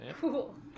Cool